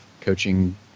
coaching